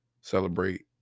Celebrate